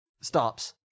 stops